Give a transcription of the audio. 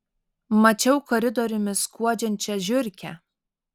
mačiau koridoriumi skuodžiančią žiurkę